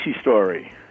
story